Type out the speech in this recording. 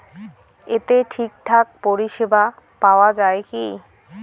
এতে ঠিকঠাক পরিষেবা পাওয়া য়ায় কি?